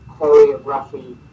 choreography